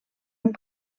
amb